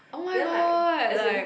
then like as in